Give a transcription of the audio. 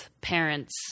parents